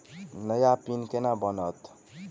नया पिन केना बनत?